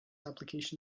application